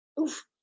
Oof